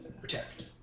Protect